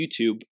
YouTube